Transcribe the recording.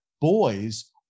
boys